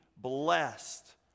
blessed